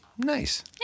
nice